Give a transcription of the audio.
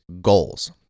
goals